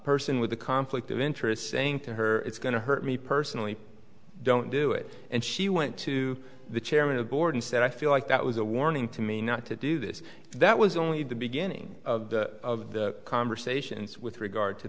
person with a conflict of interest saying to her it's going to hurt me personally don't do it and she went to the chairman of the board and said i feel like that was a warning to me not to do this that was only the beginning of the conversations with regard to